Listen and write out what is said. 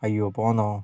അയ്യോ പോന്നോ